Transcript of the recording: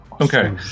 Okay